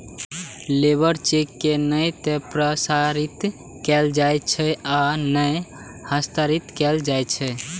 labour cheque के नै ते प्रसारित कैल जाइ छै आ नै हस्तांतरित कैल जाइ छै